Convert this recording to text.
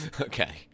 Okay